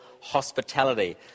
hospitality